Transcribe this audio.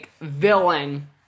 villain